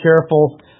careful